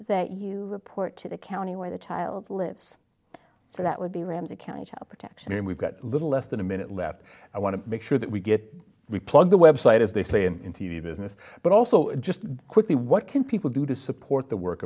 that you report to the county where the child lives so that would be ramsey county child protection and we've got a little less than a minute left i want to make sure that we get we plug the website as they say in t v business but also just quickly what can people do to support the work